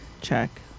check